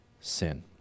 sin